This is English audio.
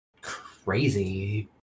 crazy